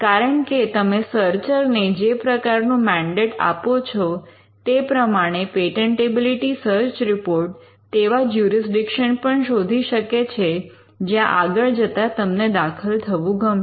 કારણ કે તમે સર્ચર ને જે પ્રકારનું મૅન્ડેટ આપો છો તે પ્રમાણે પેટન્ટેબિલિટી સર્ચ રિપોર્ટ તેવા જૂરિસ્ડિક્શન્ પણ શોધી શકે છે જ્યાં આગળ જતા તમને દાખલ થવું ગમશે